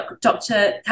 Dr